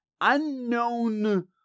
unknown